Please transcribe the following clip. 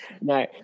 No